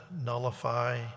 nullify